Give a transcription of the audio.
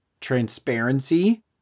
Transparency